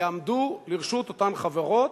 יעמדו לרשות אותן חברות,